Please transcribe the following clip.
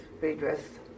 redress